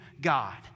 God